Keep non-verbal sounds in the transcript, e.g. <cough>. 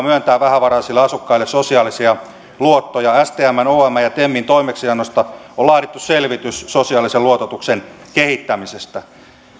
<unintelligible> myöntää vähävaraisille asukkaille sosiaalisia luottoja stmn omn ja temin toimeksiannosta on laadittu selvitys sosiaalisen luototuksen kehittämisestä